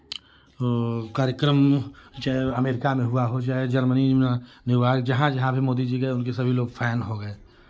कार्यक्रम चाहे अमेरिका में हुआ हो चाहे जर्मनी में न्यूयॉर्क जहाँ जहाँ भी मोदी जी गए उनके सभी लोग फैन हो गए